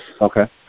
okay